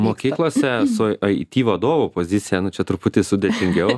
mokyklose su aiti vadovo pozicija nu čia truputį sudėtingiau